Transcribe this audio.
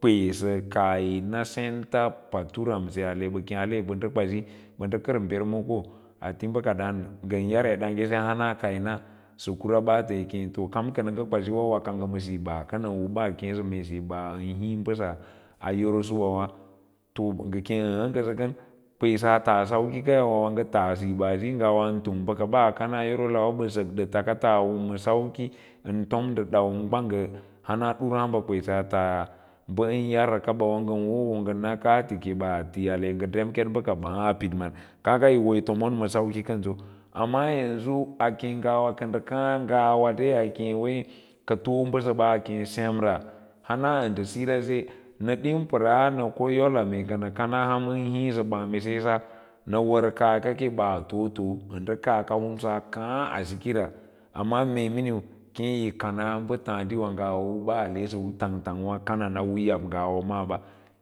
payisa kaah yin a sats paturause ba kwasi banda kar bermoko ati baka daan ngam yar edaase hana ka na sakura baata yi kei to kam kana kwasi fawa nga ma siiba kansau u ban kee sa mee siiba kii mbasa a yoro suwa wato ng akee ee nasa kan. kwesi taa sauki kaya wan ga taa iiba taa kawa ngawe ka lunrgg mbakaba a kanna yoro lawa ban sak dala kata ba a sauko an tom nda dau gwang hana duraa hambe kwes tas ban an yausa a bawa nga hau wonwo wo ng ana kati ke ati wo nga dem ket bakae baa a pd maad a nga yi wo yi tomon ma sauki kanso amma yanzu a kee ngawa ngwasa dai a kee wa ka too basaba semra hana a nda sira se paparaa na ko yola mee kona kanah ham an hiisa baa mu sesa na war kaaka ke baa toosatoo a nda kaaka hunga kaa a siki ra amma nmee minii kei yi kama ba taadi ngand y abaa lasa u tangtang iwa batang ba kanan ngaa uwa maba